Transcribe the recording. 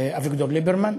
אביגדור ליברמן,